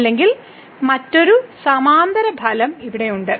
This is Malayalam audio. അല്ലെങ്കിൽ മറ്റൊരു സമാന്തര ഫലം ഇവിടെയുണ്ട്